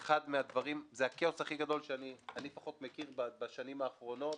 הכאוס הכי גדול שאני מכיר בשנים האחרונות.